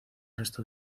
resto